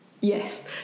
Yes